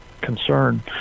concern